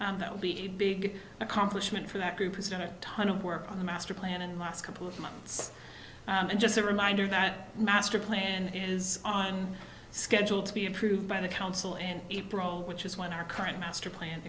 that would be a big accomplishment for that group is going to ton of work on the master plan and last couple of months and just a reminder that master plan is on schedule to be approved by the council in april which is when our current master plan